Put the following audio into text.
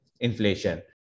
inflation